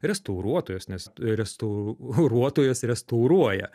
restauruotojas nes restauruotojas restauruoja